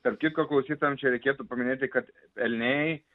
tarp kitko klausytojams čia reikėtų paminėti kad elniai